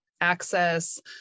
access